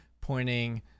pointing